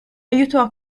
aiutò